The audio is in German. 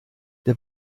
der